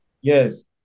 Yes